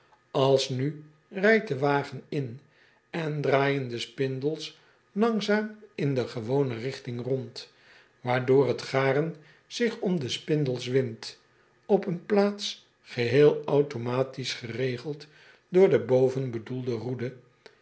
alsnu rijdt de wagen in en draaijen de spindels langzaam in de gewone rigting rond waardoor het garen zich om de spindels windt op een plaats geheel automatisch geregeld door de bovenbedoelde roede